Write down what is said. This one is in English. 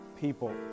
people